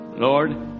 Lord